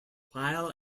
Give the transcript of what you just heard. while